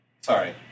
Sorry